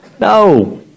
No